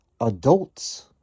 Adults